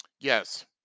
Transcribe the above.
Yes